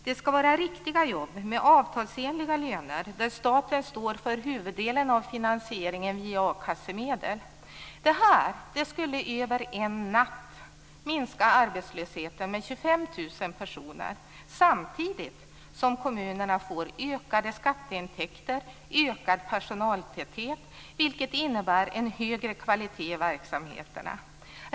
Det skall vara riktiga jobb, med avtalsenliga löner, och staten skall stå för huvuddelen av finansieringen via a-kassemedel. Detta skulle över en natt minska arbetslösheten med 25 000 personer. Samtidigt får kommunerna ökade skatteintäkter och ökad personaltäthet, vilket innebär en högre kvalitet i verksamheterna.